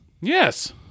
Yes